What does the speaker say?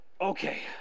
okay